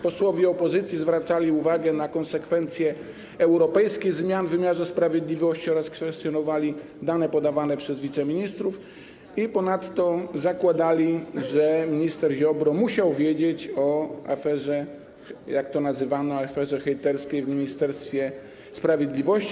Posłowie opozycji zwracali uwagę na konsekwencje europejskich zmian w wymiarze sprawiedliwości oraz kwestionowali dane podawane przez wiceministrów i ponadto zakładali, że minister Ziobro musiał wiedzieć o aferze, jak to nazywano - aferze hejterskiej w Ministerstwie Sprawiedliwości.